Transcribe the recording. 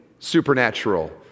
supernatural